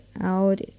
out